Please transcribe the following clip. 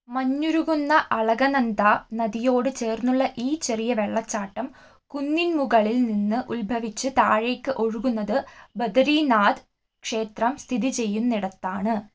മഞ്ഞുരുകുന്ന അളകനന്ദ നദിയോട് ചേർന്നുള്ള ഈ ചെറിയ വെള്ളച്ചാട്ടം കുന്നിൻ മുകളിൽ നിന്ന് ഉത്ഭവിച്ച് താഴേക്ക് ഒഴുകുന്നത് ബദരീനാഥ് ക്ഷേത്രം സ്ഥിതി ചെയ്യുന്നിടത്താണ്